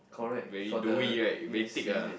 correct got the yes yes yes